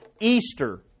Easter